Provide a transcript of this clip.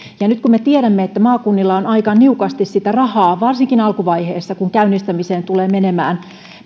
ja kun me tiedämme että maakunnilla on aika niukasti rahaa varsinkin alkuvaiheessa kun käynnistämiseen tulee menemään